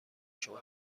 شما